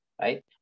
Right